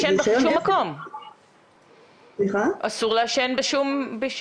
עוד יותר גרוע, אתה מעביר את הנרגילה מפה לפה בלי